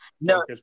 No